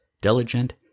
diligent